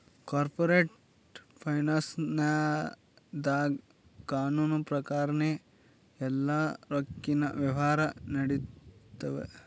corporate ಫೈನಾನ್ಸ್ದಾಗ್ ಕಾನೂನ್ ಪ್ರಕಾರನೇ ಎಲ್ಲಾ ರೊಕ್ಕಿನ್ ವ್ಯವಹಾರ್ ನಡಿತ್ತವ